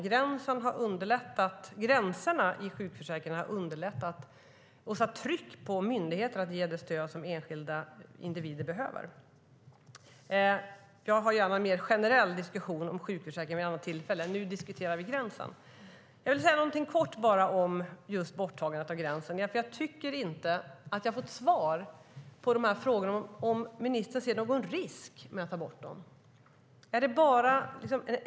Gränserna i sjukförsäkringen har underlättat för och satt tryck på myndigheter att ge det stöd som enskilda behöver. Jag har gärna en mer generell diskussion om sjukförsäkringen vid ett annat tillfälle. Nu diskuterar vi gränsen. Jag tycker inte att jag har fått svar på frågorna om ministern ser någon risk med att ta bort gränsen. Är det en enkel väg?